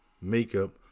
makeup